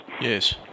Yes